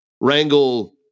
wrangle